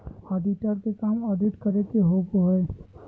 auditor के काम audit करे के होबो हइ